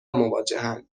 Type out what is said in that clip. مواجهاند